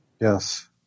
Yes